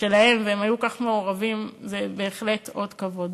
שלהם והיו כל כך מעורבים, זה בהחלט אות כבוד.